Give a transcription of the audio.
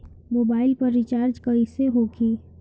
Mobile पर recharge कैसे होखी?